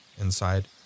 inside